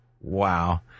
Wow